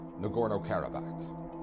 Nagorno-Karabakh